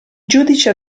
giudici